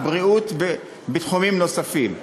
הבריאות ובתחומים נוספים.